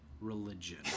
religion